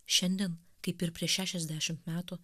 šiandien kaip ir prieš šešiasdešimt metų